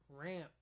ramp